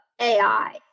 AI